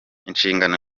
ishingano